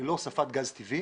הוספת גז טבעי.